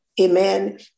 amen